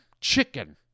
chicken